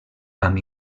amb